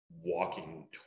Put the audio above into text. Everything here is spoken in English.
walking